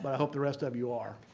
but i hope the rest of you are.